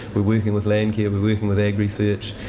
were working with landcare, we're working with agresearch,